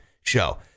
show